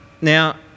Now